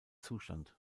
zustand